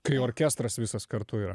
kai orkestras visas kartu yra